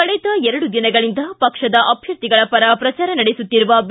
ಕಳೆದ ಎರಡು ದಿನಗಳಿಂದ ಪಕ್ಷದ ಅಭ್ಯರ್ಥಿಗಳ ಪರ ಪ್ರಜಾರ ನಡೆಸುತ್ತಿರುವ ಬಿ